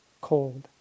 cold